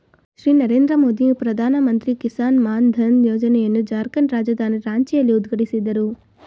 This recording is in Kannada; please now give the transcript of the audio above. ಶ್ರೀ ನರೇಂದ್ರ ಮೋದಿಯು ಪ್ರಧಾನಮಂತ್ರಿ ಕಿಸಾನ್ ಮಾನ್ ಧನ್ ಯೋಜನೆಯನ್ನು ಜಾರ್ಖಂಡ್ ರಾಜಧಾನಿ ರಾಂಚಿಯಲ್ಲಿ ಉದ್ಘಾಟಿಸಿದರು